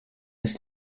ist